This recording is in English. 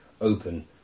open